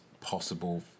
possible